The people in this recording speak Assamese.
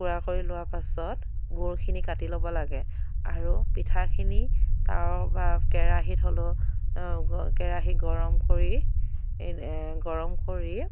গুড়া কৰি লোৱাৰ পাছত গুৰখিনি কাটি ল'ব লাগে আৰু পিঠাখিনি তাৱা বা কেৰাহীত হ'লেও কেৰাহী গৰম কৰি গৰম কৰি